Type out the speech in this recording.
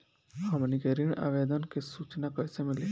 हमनी के ऋण आवेदन के सूचना कैसे मिली?